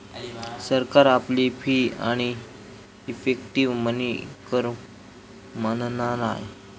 सरकार आपली फी आणि इफेक्टीव मनी कर मानना नाय